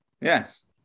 Yes